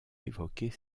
évoquer